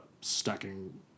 stacking